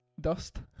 dust